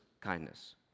kindness